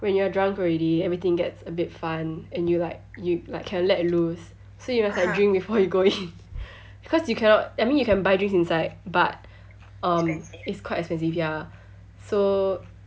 when you're drunk already everything gets a bit fun and you like you like can let loose so you must like drink before you go in because you cannot I mean you can buy drinks inside but um it's quite expensive ya so